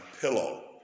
pillow